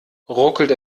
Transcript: ruckelt